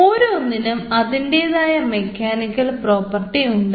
ഓരോന്നിനും അതിൻറെതായ് മെക്കാനിക്കൽ പ്രോപ്പർട്ടിഉണ്ട്